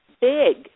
big